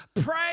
pray